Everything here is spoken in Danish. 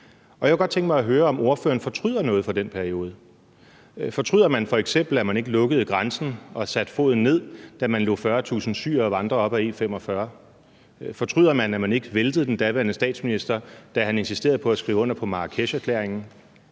Og jeg kunne godt tænke mig at høre, om ordføreren fortryder noget fra den periode. Fortryder man f.eks., at man ikke lukkede grænsen og satte foden ned, da man lod 40.000 syrere vandre op ad E45? Fortryder man, at man ikke væltede den daværende statsminister, da han insisterede på at skrive under på Marrakesherklæringen?